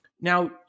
Now